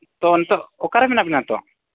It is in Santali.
ᱛᱚ ᱱᱤᱛᱳᱜ ᱚᱠᱟ ᱨᱮ ᱢᱮᱱᱟᱜ ᱵᱮᱱᱟ ᱛᱚ